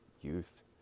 youth